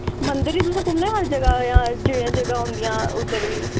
मंदर ही तुस घूमना जां हर जगह् जां जेह्ड़ी जगह् होंदियां उद्धर बी